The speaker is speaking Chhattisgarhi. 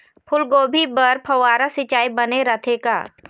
फूलगोभी बर फव्वारा सिचाई बने रथे का?